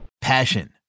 Passion